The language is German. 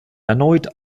erneut